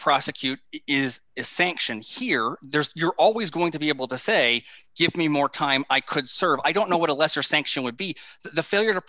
prosecute is sanctions here there's you're always going to be able to say give me more time i could serve i don't know what a lesser sanction would be the failure to